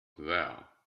there